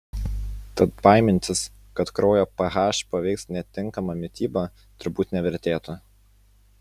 tad baimintis kad kraujo ph paveiks netinkama mityba turbūt nevertėtų